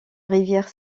rivière